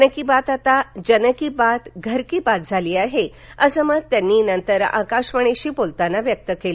मन की बात आता जन की बात घर की बात झाली आहे असं मत त्यांनी नंतर आकाशवाणीशी बोलताना व्यक्त केलं